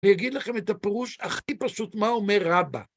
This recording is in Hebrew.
אני אגיד לכם את הפירוש הכי פשוט, מה אומר רבה.